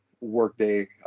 workday